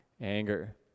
anger